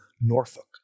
Norfolk